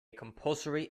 compulsory